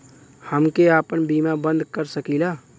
हमके आपन बीमा बन्द कर सकीला?